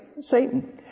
Satan